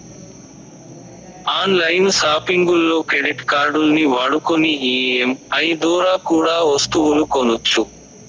on line సాపింగుల్లో credit కార్డుల్ని వాడుకొని ఈ.ఎం.ఐ దోరా కూడా ఒస్తువులు కొనొచ్చు